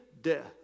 death